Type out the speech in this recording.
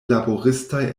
laboristaj